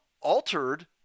altered